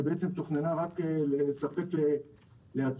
שבעצם תוכננה רק לספק ליצרנים,